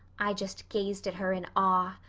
i just gazed at her in awe.